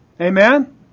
Amen